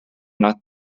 not